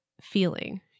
feeling